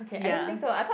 ya